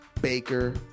Baker